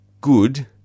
good